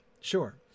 sure